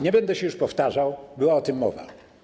Nie będę się już powtarzał, była o tym mowa.